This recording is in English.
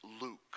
Luke